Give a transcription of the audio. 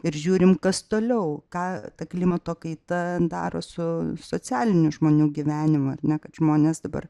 ir žiūrim kas toliau ką ta klimato kaita daro su socialiniu žmonių gyvenimu ar ne kad žmonės dabar